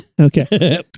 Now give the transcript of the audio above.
Okay